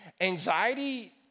Anxiety